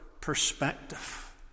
perspective